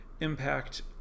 impact